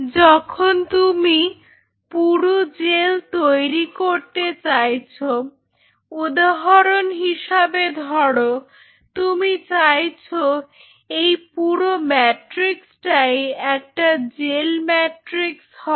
যখন তুমি পুরু জেল তৈরি করতে চাইছো উদাহরণ হিসাবে ধরো তুমি চাইছো এই পুরো ম্যাট্রিক্সটাই একটা জেল ম্যাট্রিক্স হবে